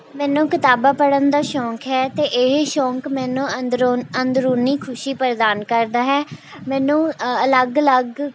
ਮੈਨੂੰ ਕਿਤਾਬਾਂ ਪੜ੍ਹਨ ਦਾ ਸ਼ੌਂਕ ਹੈ ਅਤੇ ਇਹ ਸ਼ੌਂਕ ਮੈਨੂੰ ਅੰਦਰੋਂ ਅੰਦਰੂਨੀ ਖੁਸ਼ੀ ਪ੍ਰਦਾਨ ਕਰਦਾ ਹੈ ਮੈਨੂੰ ਅਲੱਗ ਅਲੱਗ